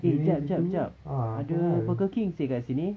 eh jap jap jap ada burger king seh dekat sini